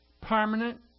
permanent